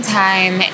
time